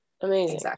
amazing